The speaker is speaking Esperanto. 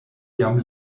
jam